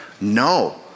no